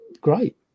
great